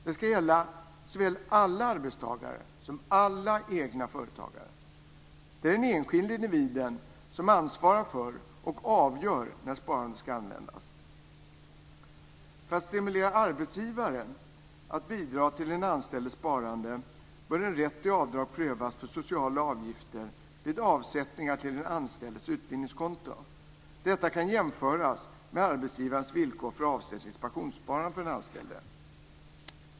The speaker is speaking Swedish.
Det ska gälla såväl alla arbetstagare som alla egna företagare. Det är den enskilde individen som ansvarar för och avgör när sparandet ska användas. För att stimulera arbetsgivaren att bidra till den anställdes sparande bör en rätt till avdrag prövas för sociala avgifter vid avsättningar till den anställdes utbildningskonto. Detta kan jämföras med arbetsgivarens villkor för avsättning till pensionssparande för den anställde.